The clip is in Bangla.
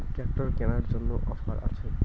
ট্রাক্টর কেনার জন্য অফার আছে?